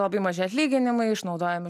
labai maži atlyginimai išnaudojami